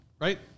right